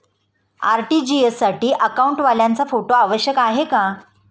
RTGS साठी अकाउंटवाल्याचा photo आवश्यक आहे का?